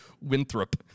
Winthrop